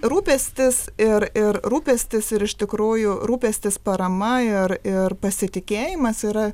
rūpestis ir ir rūpestis ir iš tikrųjų rūpestis parama ir ir pasitikėjimas yra